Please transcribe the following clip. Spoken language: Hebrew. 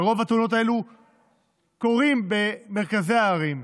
ורוב התאונות האלה קורות במרכזי הערים,